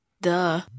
Duh